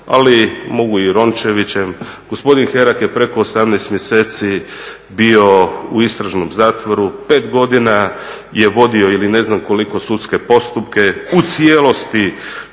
ali mogu i Rončevićem. Gospodin Herak je preko 18 mjeseci bio u istražnom zatvoru, 5 godina je vodio ili ne znam koliko sudske postupke, u cijelosti